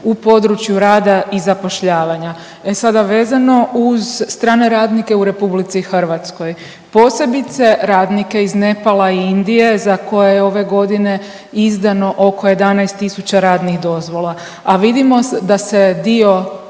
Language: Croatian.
u području rada i zapošljavanja. E sada vezano uz strane radnike u Republici Hrvatskoj, posebice radnike iz Nepala i Indije za koje je ove godine izdano oko 11000 radnih dozvola, a vidimo da se dio